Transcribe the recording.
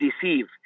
deceive